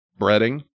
breading